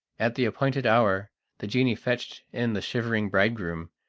at the appointed hour the genie fetched in the shivering bridegroom,